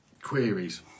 queries